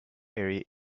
area